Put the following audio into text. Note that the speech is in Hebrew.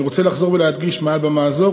אני רוצה לחזור ולהדגיש מעל במה זו,